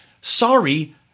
sorry